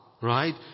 Right